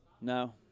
No